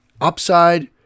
upside